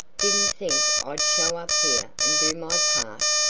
didn't think i'd show up here and do my part?